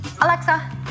Alexa